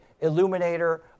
Illuminator